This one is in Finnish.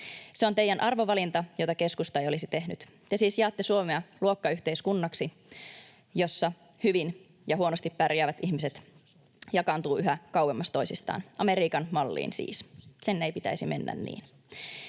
Se on teidän arvovalintanne, jota keskusta ei olisi tehnyt. Te siis jaatte Suomea luokkayhteiskunnaksi, jossa hyvin ja huonosti pärjäävät ihmiset jakaantuvat yhä kauemmas toisistaan, Amerikan malliin siis. Sen ei pitäisi mennä niin.